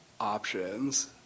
options